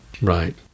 Right